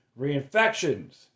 reinfections